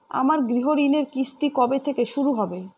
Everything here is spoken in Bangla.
আমার গৃহঋণের কিস্তি কবে থেকে শুরু হবে?